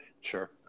Sure